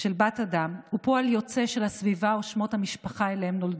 של בת אדם הוא פועל יוצא של הסביבה או שמות המשפחה שאליהם נולדו.